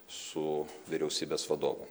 su vyriausybės vadovu